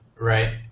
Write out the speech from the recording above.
Right